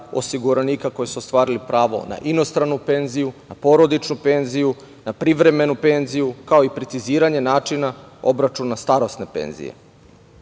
osiguranika koji su ostvarili pravo na inostranu penziju, na porodičnu penziju, na privremenu penziju, kao i preciziranje načina obračuna starosne penzije.